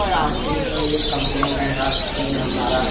हाँ ठीक है सर ये कंप्लेन है आपसे ये हमारा